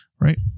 Right